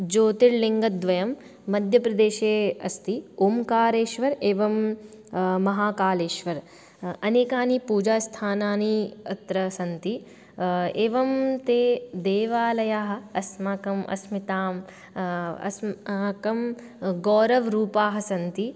ज्योतिर्लिङ्गद्वयं मध्यप्रदेशे अस्ति ओंकारेश्वरः एवं महाकालेश्वरः अनेकानि पूजास्थानानि अत्र सन्ति एवं ते देवालयाः अस्माकम् अस्मिताम् अस्माकं गौरवरूपाः सन्ति